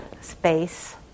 space